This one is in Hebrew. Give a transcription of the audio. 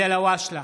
בעד ואליד אלהואשלה,